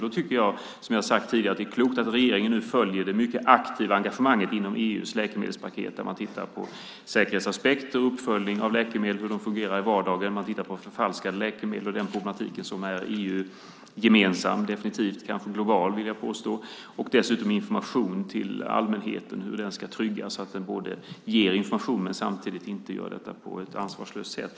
Då tycker jag, som jag har sagt tidigare, att det är klokt att regeringen nu följer det mycket aktiva engagemanget inom EU:s läkemedelspaket, där man tittar på säkerhetsaspekter och uppföljning av läkemedel och hur de fungerar i vardagen. Man tittar också på förfalskade läkemedel och den problematik som definitivt är EU-gemensam - kanske global, vill jag påstå. Dessutom handlar det om hur information till allmänheten ska tryggas så att den ger information men samtidigt inte gör detta på ett ansvarslöst sätt.